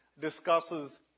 discusses